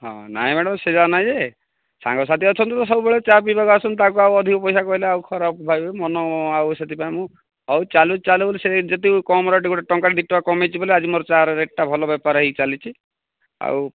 ହଁ ନାହିଁ ମ୍ୟାଡ଼ାମ୍ ନାଇଁ ଯେ ସାଙ୍ଗସାଥୀ ଅଛନ୍ତି ତ ସବୁବେଳେ ଚା' ପିଇବାକୁ ଆସନ୍ତି ତାଙ୍କୁ ଆଉ ଅଧିକ ପଇସା କହିଲେ ଆଉ ଖରାପ ଭାବିବେ ମନ ଆଉ ସେଥୀପାଇଁ ମୁଁ ହଉ ଚାଲୁ ଚାଲୁ ବୋଲି ସେଇ ଯେତିକି କମ୍ ରେଟ୍ ଗୋଟେ ଟଙ୍କାଟେ ଦୁଇ ଟଙ୍କା କମାଇଛି ବୋଲେ ଆଜି ମୋର ଚା'ର ରେଟ୍ଟା ଭଲ ବେପାର ହେଇଚାଲିଛି ଆଉ